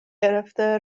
گرفته